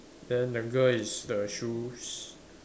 then the girl is the shoes